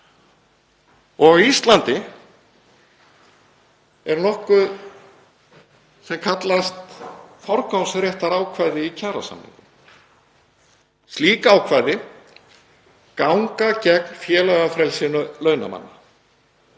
Á Íslandi er nokkuð sem kallast forgangsréttarákvæði í kjarasamningum. Slík ákvæði ganga gegn félagafrelsi launamanna